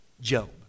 Job